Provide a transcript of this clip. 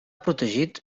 protegit